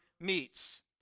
meets